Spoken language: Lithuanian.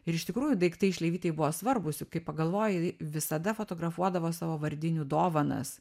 ir iš tikrųjų daiktai šleivytei buvo svarbūs juk kai pagalvoji ji visada fotografuodavo savo vardinių dovanas